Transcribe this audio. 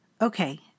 Okay